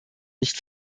nicht